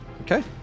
okay